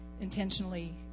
intentionally